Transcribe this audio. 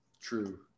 True